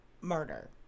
murder